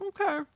okay